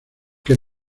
que